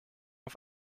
auf